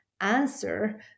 answer